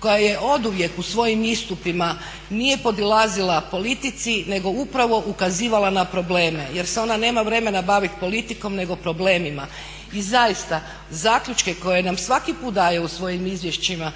koja je oduvijek u svojim istupima nije podilazila politici, nego upravo ukazivala na probleme, jer se ona nema vremena baviti politikom, nego problemima. I zaista, zaključke koje nam svaki put daje u svojim izvješćima,